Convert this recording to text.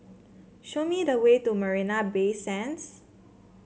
show me the way to Marina Bay Sands